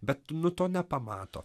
bet nu to nepamato